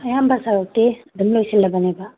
ꯑꯌꯥꯝꯕ ꯁꯔꯨꯛꯇꯤ ꯑꯗꯨꯝ ꯂꯣꯏꯁꯜꯂꯕꯅꯦꯕ